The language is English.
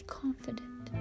confident